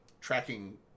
tracking